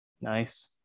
Nice